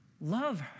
Love